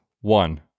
One